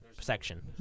section